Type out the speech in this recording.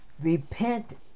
Repent